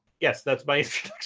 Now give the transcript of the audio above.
yes, that's my